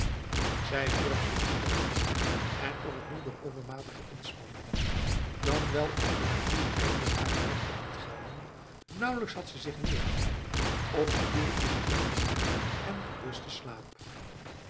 zij wierp zich te bed en of het nu door overmatige inspanning was dan wel of de natuur eindelijk hare rechten liet gelden nauwelijks had ze zich neergevlijd of ze viel in eenen diepen en gerusten slaap